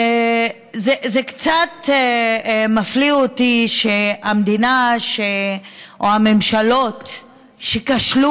זה קצת מפליא אותי שהמדינה או הממשלות כשלו